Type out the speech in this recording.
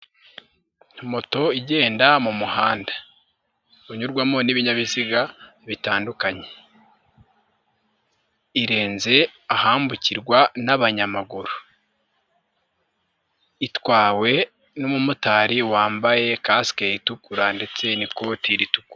Moto igenda mu muhanda unyurwamo n'ibinyabiziga bitandukanye, irenze ahambukirwa n'abanyamaguru. Itwawe n'umumotari wambaye kasike itukura ndetse n'ikote ritukura.